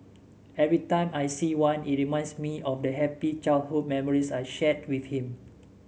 every time I see one it reminds me of the happy childhood memories I shared with him